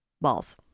Balls